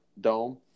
Dome